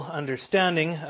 understanding